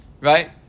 right